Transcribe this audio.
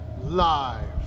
live